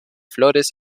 flores